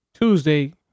Tuesday